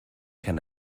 can